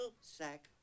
sack